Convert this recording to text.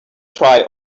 try